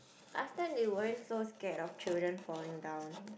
last time they weren't so scared of children falling down